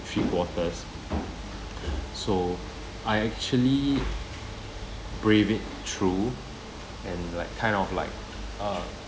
three quarters so I actually brave it through and like kind of like uh